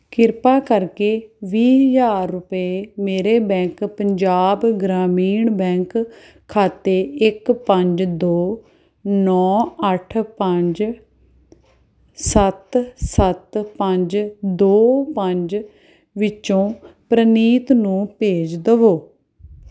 ਕਿਰਪਾ ਕਰਕੇ ਵੀਹ ਹਜ਼ਾਰ ਰੁਪਏ ਮੇਰੇ ਬੈਂਕ ਪੰਜਾਬ ਗ੍ਰਾਮੀਣ ਬੈਂਕ ਖਾਤੇ ਇੱਕ ਪੰਜ ਦੋ ਨੌ ਅੱਠ ਪੰਜ ਸੱਤ ਸੱਤ ਪੰਜ ਦੋ ਪੰਜ ਵਿੱਚੋਂ ਪ੍ਰਨੀਤ ਨੂੰ ਭੇਜ ਦੇਵੋ